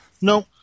No